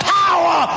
power